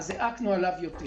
עליו אנחנו נעיק יותר.